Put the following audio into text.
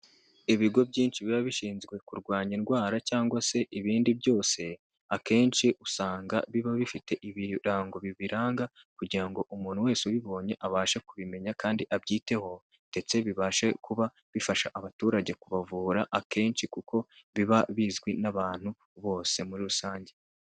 Ibigo byinshi biba bishinzwe kurwanya indwara cyangwa se ibindi byose, akenshi usanga biba bifite ibirango bibiranga kugira ngo umuntu wese ubibonye abashe kubimenya kandi abyiteho, ndetse bibashe kuba bifasha abaturage kubavura, akenshi kuko biba bizwi n'abantu bose muri rusange.